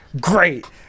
great